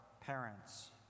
parents